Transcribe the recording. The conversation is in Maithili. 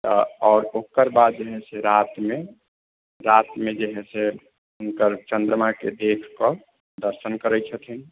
आओर ओकर बाद जे है से रातिमे रातिमे जे है से हुनकर चन्द्रमाके देखिकऽ दर्शन करैत छथिन